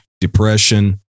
depression